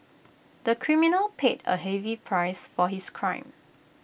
the criminal paid A heavy price for his crime